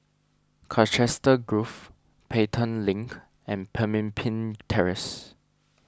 Colchester Grove Pelton Link and Pemimpin Terrace